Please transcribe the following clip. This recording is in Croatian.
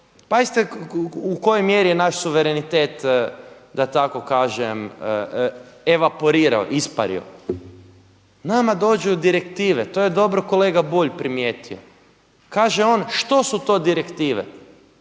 Pazite u kojoj mjeri je naš suverenitet da tako kažem evaporirao ispario? Nama dođu direktive, to je dobro kolega Bulj primijetio. Kaže on što su to direktive?